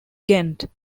ghent